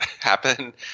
happen